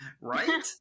right